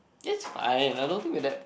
it's fine I don't think with that